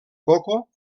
coco